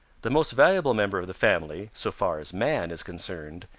the most valuable member of the family, so far as man is concerned,